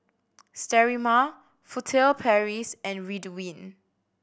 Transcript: Sterimar Furtere Paris and Ridwind